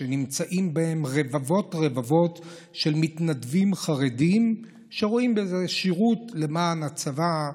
שנמצאים בהם רבבות רבבות של מתנדבים חרדים שרואים בזה שירות למען הצבא,